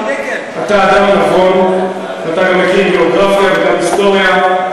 אתה בקי בגיאוגרפיה וגם בהיסטוריה,